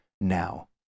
now